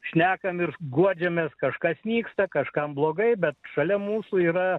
šnekam ir guodžiamės kažkas nyksta kažkam blogai bet šalia mūsų yra